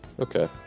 Okay